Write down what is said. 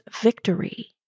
victory